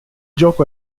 gioco